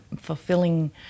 fulfilling